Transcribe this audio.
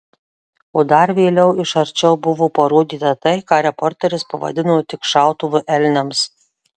o dar vėliau iš arčiau buvo parodyta tai ką reporteris pavadino tik šautuvu elniams